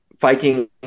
Viking